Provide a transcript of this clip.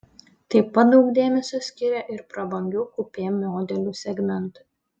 taip pat daug dėmesio skiria ir prabangių kupė modelių segmentui